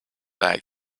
egg